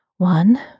One